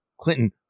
Clinton